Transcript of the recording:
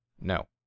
No